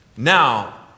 Now